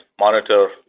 monitor